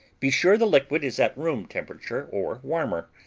be sure the liquid is at room temperature, or warmer,